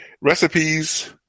Recipes